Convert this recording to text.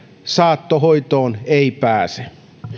saattohoitoon ei pääse